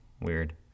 Weird